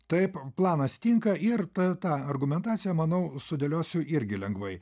taip planas tinka ir ta tą argumentaciją manau sudėliosiu irgi lengvai